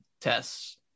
tests